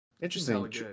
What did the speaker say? interesting